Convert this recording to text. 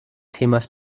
themas